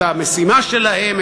את המשימה שלהם,